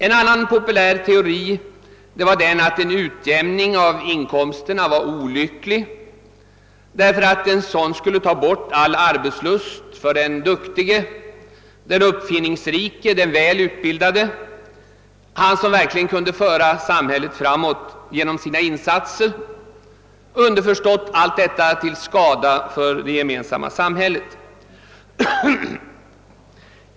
En annan populär teori var den att en utjämning av inkomsterna vore olycklig därför att en sådan skulle ta bort all arbetslust för den duktige, den uppfinningsrike, den välutbildade, han som verkligen kunde föra samhället framåt genom sina insatser; underförstått: allt detta till nytta för det gemensamma samhället.